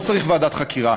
לא צריך ועדת חקירה.